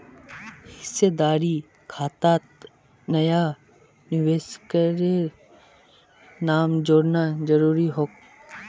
हिस्सेदारी खातात नया निवेशकेर नाम जोड़ना जरूरी छेक